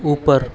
اوپر